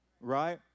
Right